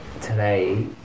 today